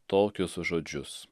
tokius žodžius